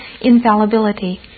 infallibility